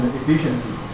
efficiency